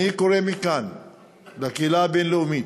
אני קורא מכאן לקהילה הבין-לאומית,